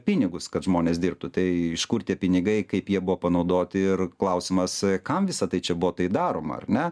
pinigus kad žmonės dirbtų tai iš kur tie pinigai jie buvo panaudoti ir klausimas kam visa tai čia buvo tai daroma ar ne